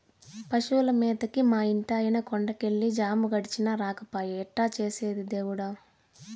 పశువుల మేతకి మా ఇంటాయన కొండ కెళ్ళి జాము గడిచినా రాకపాయె ఎట్టా చేసేది దేవుడా